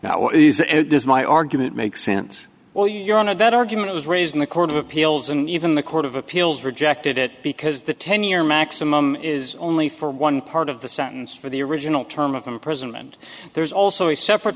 now is this my argument makes sense or you're on a vet argument was raised in the court of appeals and even the court of appeals rejected it because the ten year maximum is only for one part of the sentence for the original term of imprisonment there's also